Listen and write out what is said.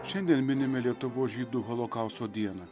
šiandien minime lietuvos žydų holokausto dieną